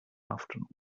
afternoon